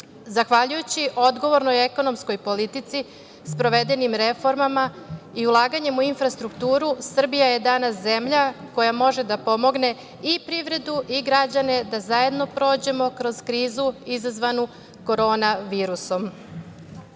Zahvaljujući odgovornoj ekonomskoj politici, sprovedenim reformama i ulaganjem u infrastrukturu, Srbija je danas zemlja koja može da pomogne i privredu i građane da zajedno prođemo kroz krizu izazvanu korona